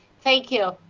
thank you.